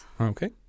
Okay